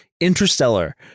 interstellar